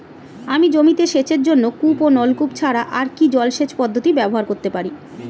আমি জমিতে সেচের জন্য কূপ ও নলকূপ ছাড়া আর কি জলসেচ পদ্ধতি ব্যবহার করতে পারি?